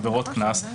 עבירות קנס,